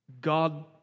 God